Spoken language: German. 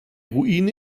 ruine